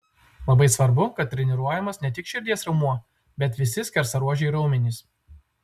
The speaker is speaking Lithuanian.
labai svarbu kad treniruojamas ne tik širdies raumuo bet visi skersaruožiai raumenys